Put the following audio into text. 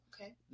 okay